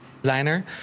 designer